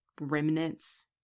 remnants